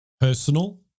personal